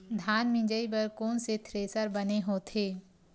धान मिंजई बर कोन से थ्रेसर बने होथे?